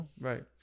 right